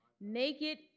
naked